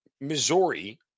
Missouri